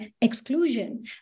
exclusion